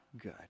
good